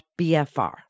BFR